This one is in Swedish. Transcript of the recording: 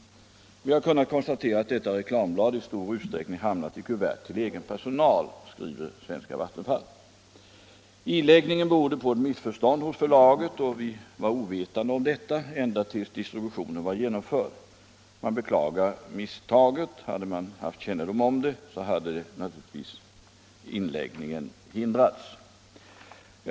Vi har kunnat konstatera att detta reklamblad i stor utsträckning hamnat i kuvert till egen personal, skriver Vattenfall. Illäggningen berodde på ett missförstånd hos förlaget, och man var på Vattenfall ovetande om detta ända tills distributionen var genomförd. Hade man tidigare haft kännedom om det, skulle man naturligtvis ha hindrat iläggningen.